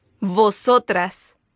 Vosotras